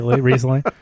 recently